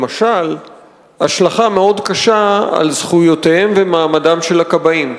למשל השלכה מאוד קשה על זכויותיהם ומעמדם של הכבאים.